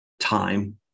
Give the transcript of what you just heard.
time